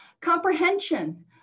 Comprehension